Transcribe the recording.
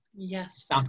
Yes